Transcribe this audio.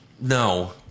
No